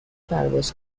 پرواز